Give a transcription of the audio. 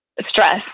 stress